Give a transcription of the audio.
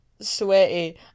sweaty